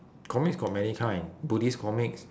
comics got many kind buddhist comics